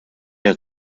der